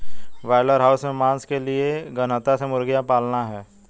broiler house में मांस के लिए गहनता से मुर्गियां पालना है